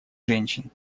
женщин